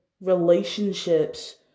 relationships